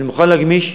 אני מוכן להגמיש,